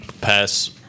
pass